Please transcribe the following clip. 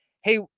hey